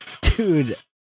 dude